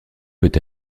peut